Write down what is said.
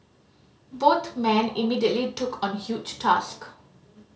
both men immediately took on huge task